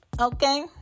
okay